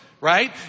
Right